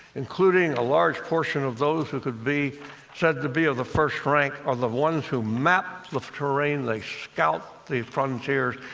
including a large portion of those who could be said to be of the first rank, are the ones who map the terrain, they scout the frontiers,